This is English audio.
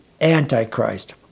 Antichrist